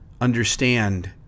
understand